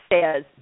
says